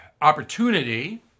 opportunity